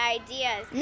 ideas